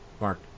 mark